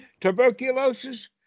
Tuberculosis